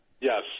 Yes